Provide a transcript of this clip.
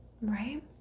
right